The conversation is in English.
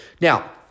Now